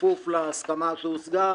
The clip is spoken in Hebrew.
כפוף להסכמה שהושגה,